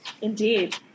indeed